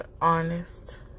honest